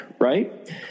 right